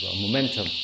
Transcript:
momentum